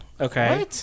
Okay